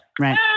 right